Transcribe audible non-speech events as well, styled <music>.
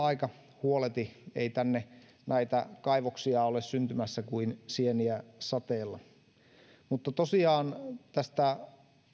<unintelligible> aika huoleti ei tänne näitä kaivoksia ole syntymässä kuin sieniä sateella mutta tosiaan tästä